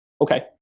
Okay